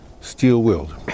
steel-willed